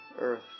earth